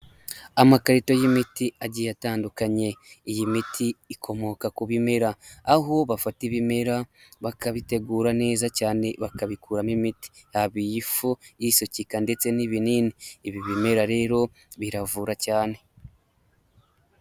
Amakarito y'imiti agiye atandukanye, iyi miti ikomoka ku bimera aho bafata ibimera bakabitegura neza cyane bakabikuramo imiti yaba iy'ifu, isukika ndetse n'ibinini ibi bimera rero biravura cyane.